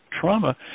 trauma